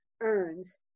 earns